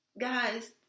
guys